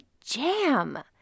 jam